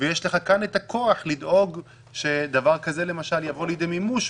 יש לך כאן את הכוח לדאוג שדבר כזה יבוא לידי מימוש,